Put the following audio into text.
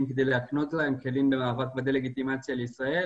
כדי להקנות להם כלים להתמודד עם הדה לגיטימציה נגד ישראל,